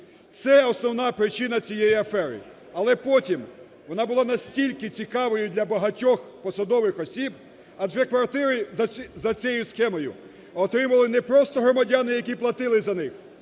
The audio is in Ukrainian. Це основна причина цієї афери. Але потім вона була настільки цікавою для багатьох посадових осіб, адже квартири за цією схемою отримували не просто громадяни, які платили за них,